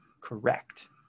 correct